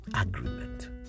agreement